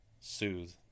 soothe